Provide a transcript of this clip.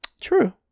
True